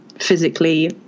physically